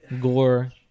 Gore